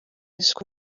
isuku